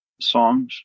songs